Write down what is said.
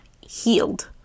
healed